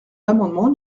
l’amendement